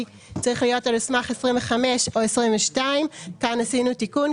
צריך להיות על סמך 25 או 22. כאן עשינו תיקון,